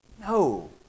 No